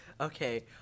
Okay